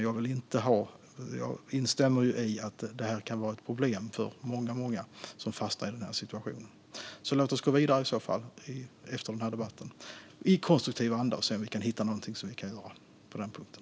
Jag instämmer i att det kan vara ett problem för många som fastnar i den här situationen, så låt oss därför gå vidare i konstruktiv anda och se om vi kan hitta någonting som vi kan göra på den punkten.